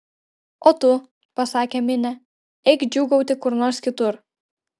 o tu pasakė minė eik džiūgauti kur nors kitur